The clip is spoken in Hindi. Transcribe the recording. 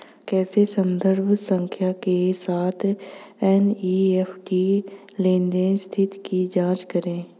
कैसे संदर्भ संख्या के साथ एन.ई.एफ.टी लेनदेन स्थिति की जांच करें?